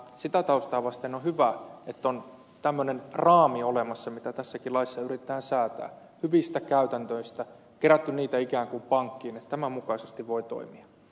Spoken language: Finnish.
sitä taustaa vasten on hyvä että on tämmöinen raami olemassa mitä tässäkin laissa yritetään säätää hyvistä käytännöistä kerätty niitä ikään kuin pankkiin että tämän mukaisesti voi toimia